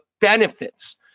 benefits